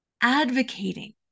advocating